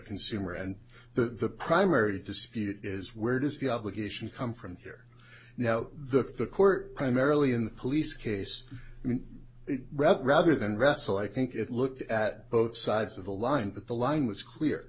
consumer and the primary dispute is where does the obligation come from here now the court primarily in the police case rather rather than wrestle i think it looked at both sides of the line that the line was clear